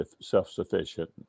self-sufficient